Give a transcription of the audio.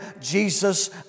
Jesus